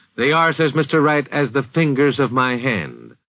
they are, says mr. wright, as the fingers of my hand.